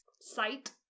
Sight